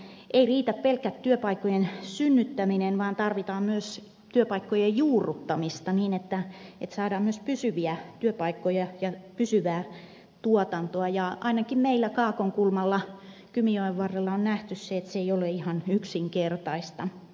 ei riitä pelkkä työpaikkojen synnyttäminen vaan tarvitaan myös työpaikkojen juurruttamista niin että saadaan myös pysyviä työpaikkoja ja pysyvää tuotantoa ja ainakin meillä kaakonkulmalla kymijoen varrella on nähty se että se ei ole ihan yksinkertaista